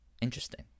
interesting